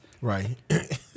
Right